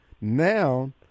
now